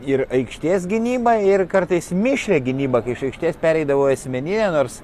ir aikštės gynybą ir kartais mišrią gynybą kai iš aikštės pereidavo į asmeninę nors